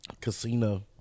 Casino